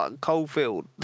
Coalfield